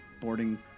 boarding